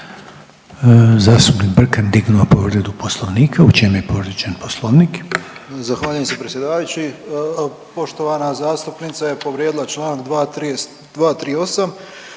Zastupnik Brkan je dignuo povredu Poslovnika. U čem je povrijeđen Poslovnik? **Brkan, Jure (HDZ)** Zahvaljujem se predsjedavajući. Poštovana zastupnica je povrijedila članak 238.